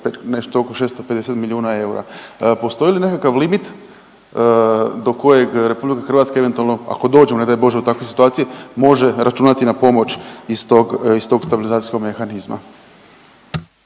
nešto oko 650 milijuna eura. Postoji li nekakav limit do koje RH eventualno, ako dođemo ne daj Bože u takve situacije može računati na pomoć iz tog, iz tog stabilizacijskog mehanizma?